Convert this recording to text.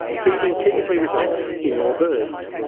feeding typically results in more birds.